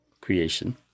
creation